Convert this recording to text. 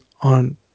on